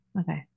Okay